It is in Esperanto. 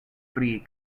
pri